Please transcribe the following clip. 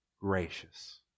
gracious